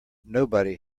nobody